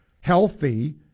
healthy